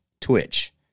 Twitch